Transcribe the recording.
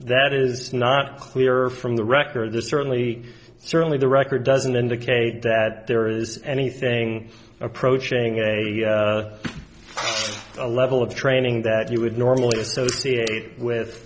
that is not clear from the record there certainly certainly the record doesn't indicate that there is anything approaching a a level of training that you would normally associate with